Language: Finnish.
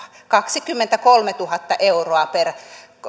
kaksikymmentäkolmetuhatta euroa per